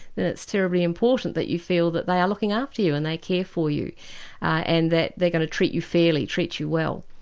it's terribly important that you feel that they are looking after you and they care for you and that they're going to treat you fairly, treat you well.